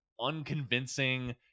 unconvincing